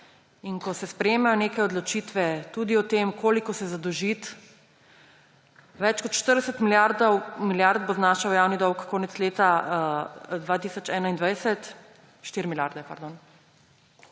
in ko se sprejemajo neke odločitve, tudi o tem, koliko se zadolžiti – več kot 40 milijard bo znašal javni dolg konec leta 2021, 4 milijarde, pardon